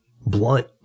blunt